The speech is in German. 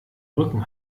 rücken